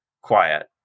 quiet